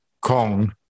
Kong